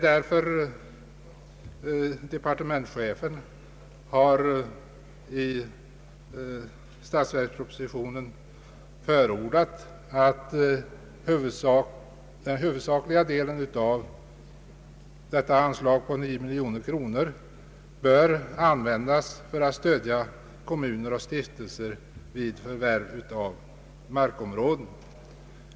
Departementschefen har i statsverkspropositionen förordat att den huvudsakliga delen av förevarande anslag på 9 miljoner kronor skall användas för att stödja kommuner och stiftelser vid förvärv av markområden.